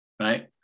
Right